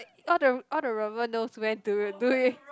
all the all the robber knows when to do it